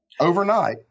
overnight